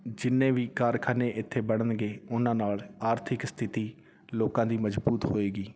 ਜਿੰਨੇ ਵੀ ਕਾਰਖਾਨੇ ਇੱਥੇ ਬਣਨਗੇ ਉਹਨਾਂ ਨਾਲ ਆਰਥਿਕ ਸਥਿਤੀ ਲੋਕਾਂ ਦੀ ਮਜ਼ਬੂਤ ਹੋਵੇਗੀ